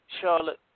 Charlotte